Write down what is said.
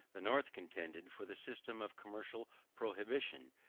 the north contended for the system of commercial prohibition,